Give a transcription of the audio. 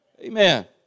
Amen